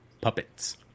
puppets